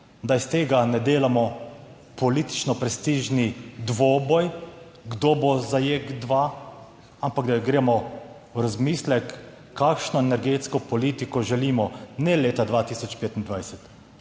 da iz tega ne delamo politično prestižni dvoboj kdo bo za JEK2, ampak da gremo v razmislek, kakšno energetsko politiko želimo, ne leta 2025,